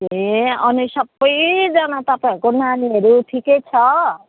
ए अनि सबैजना तपाईँहरूको नानीहरू ठिकै छ